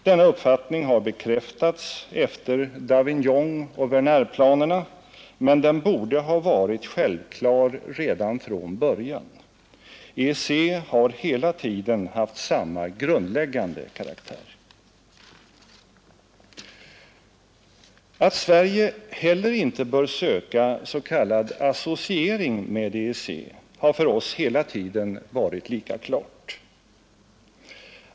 Denna uppfattning har bekräftats efter Davignonoch Wernerplanerna, men den borde ha varit självklar redan från början. EEC har hela tiden haft samma grundläggande karaktär. Att Sverige heller inte bör söka s.k. associering med EEC har för oss hela tiden varit lika klart.